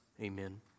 Amen